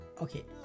Okay